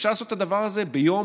אפשר לעשות את הדבר הזה ביום,